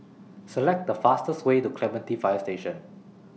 Select The fastest Way to Clementi Fire Station